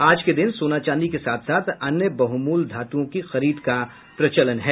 आज के दिन सोना चांदी के साथ साथ अन्य बहुमूल्य धातुओं की खरीद का प्रचलन है